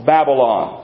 Babylon